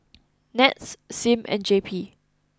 Nets Sim and J P